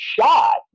shot